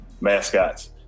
mascots